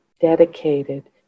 dedicated